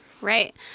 Right